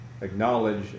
acknowledge